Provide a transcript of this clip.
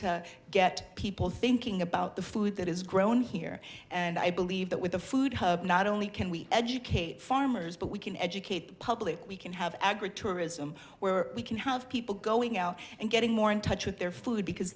to get people thinking about the food that is grown here and i believe that with the food not only can we educate farmers but we can educate the public we can have agra tourism where we can have people going out and getting more in touch with their food because